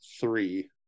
three